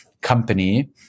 company